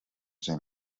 zijn